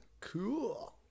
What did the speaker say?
Cool